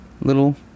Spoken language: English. little